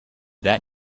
that